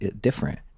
different